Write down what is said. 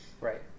Right